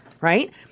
right